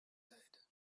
said